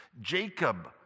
Jacob